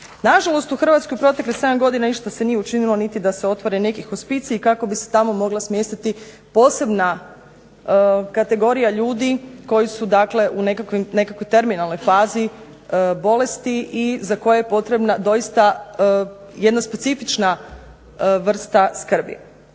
Nažalost, u Hrvatskoj u proteklih 7 godina ništa se nije učinilo niti da se otvore neki hospiciji kako bi se tamo mogla smjestiti posebna kategorija ljudi koji su dakle u nekakvoj terminalnoj fazi bolesti i za koje je potrebna doista jedna specifična vrsta skrbi.